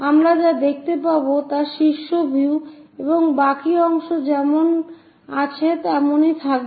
আমরা যা দেখতে পাব তা শীর্ষ ভিউ এবং বাকী অংশ যেমন আছে তেমনই থাকবে